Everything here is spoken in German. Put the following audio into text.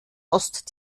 ost